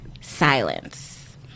silence